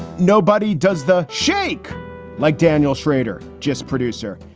nobody does. the sheikh like daniel schrader, just producer.